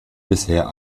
bisher